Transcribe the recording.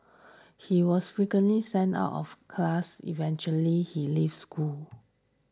he was frequently sent out of class eventually he leave school